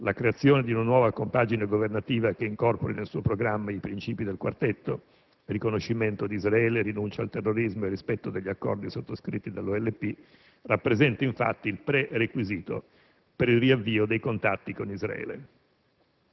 La creazione di una nuova compagine governativa che incorpori nel suo programma i princìpi del Quartetto (riconoscimento di Israele, rinuncia al terrorismo e rispetto degli accordi sottoscritti dall'OLP) rappresenta infatti il prerequisito per il riavvio dei contatti con Israele.